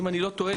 אם אני לא טועה,